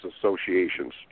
associations